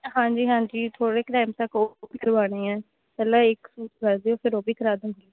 ਹਾਂਜੀ ਹਾਂਜੀ ਥੋੜ੍ਹੇ ਕੁ ਟਾਈਮ ਤੱਕ ਉਹ ਵੀ ਸਵਾਣੇ ਹੈ ਪਹਿਲਾਂ ਇੱਕ ਸੂਟ ਸਿਲ ਜੇ ਫਿਰ ਉਹ ਵੀ ਕਰਾਂਦਾਗੀ